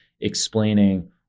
explaining